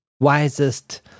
wisest